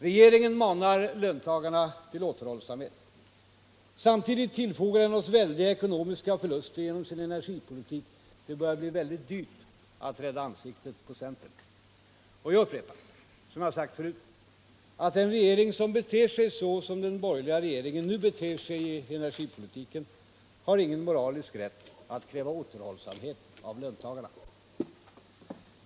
Regeringen manar löntagarna till återhållsamhet. Samtidigt tillfogar den oss väldiga ekonomiska förluster genom sin energipolitik. Det börjar bli mycket dyrt att rädda ansiktet på centern. Jag upprepar att en regering som beter sig som den borgerliga nu gör i energipolitiken inte har någon moralisk rätt att kräva återhållsamhet av löntagarna.